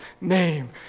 name